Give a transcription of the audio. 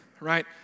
right